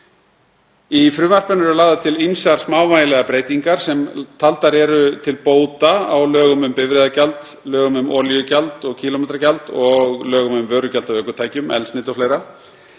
Í frumvarpinu eru lagðar til ýmsar smávægilegar breytingar sem taldar eru til bóta á lögum um bifreiðagjald, lögum um olíugjald og kílómetragjald og lögum um vörugjald af ökutækjum, eldsneyti o.fl.